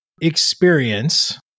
experience